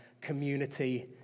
community